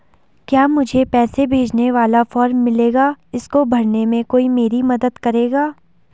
क्या मुझे पैसे भेजने वाला फॉर्म मिलेगा इसको भरने में कोई मेरी मदद करेगा?